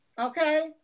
okay